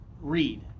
read